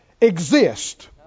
Exist